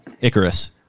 Icarus